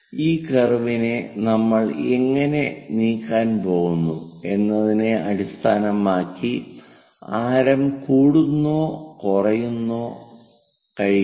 ഈ കർവിനെ നമ്മൾ എങ്ങനെ നീക്കാൻ പോകുന്നു എന്നതിനെ അടിസ്ഥാനമാക്കി ആരം കൂട്ടാനോ കുറയ്ക്കാനോ കഴിയും